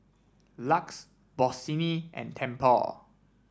Lux Bossini and Tempur